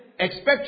Expect